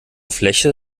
fläche